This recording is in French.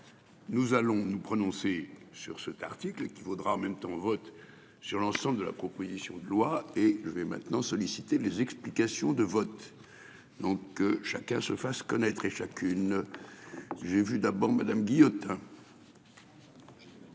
Nous allons nous prononcer sur ce t'article qui vaudra en même temps vote sur l'ensemble de la proposition de loi et je vais maintenant solliciter les explications de vote. Donc que chacun se fasse connaître et chacune. J'ai vu d'abord Madame Guillotin.--